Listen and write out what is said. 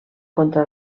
contra